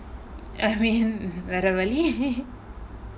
I mean வேற வழி:vera vali